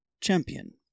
Champion